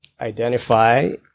identify